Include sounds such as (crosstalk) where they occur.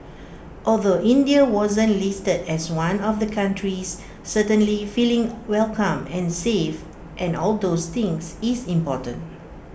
(noise) although India wasn't listed as one of the countries certainly feeling welcome and safe and all those things is important